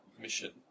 mission